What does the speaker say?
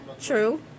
True